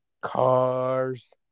Cars